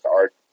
art